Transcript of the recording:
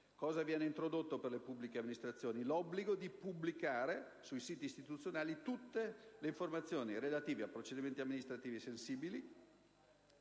Cosa viene introdotto per le pubbliche amministrazioni? L'obbligo di pubblicare sui siti istituzionali tutte le informazioni relative a procedimenti amministrativi sensibili